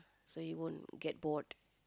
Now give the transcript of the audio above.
so you won't get bored